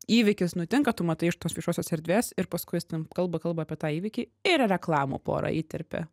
įvykis nutinka tu matai iš tos viešosios erdvės ir paskui jis ten kalba kalba apie tą įvykį ir reklamų porą įterpia